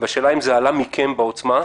השאלה אם זה עלה מכם בעוצמה.